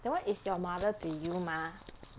that [one] is your mother to you mah